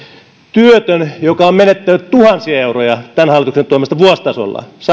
työtön joka on menettänyt tuhansia euroja tämän hallituksen toimesta vuositasolla